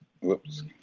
whoops